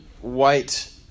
white